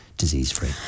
disease-free